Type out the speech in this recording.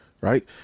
right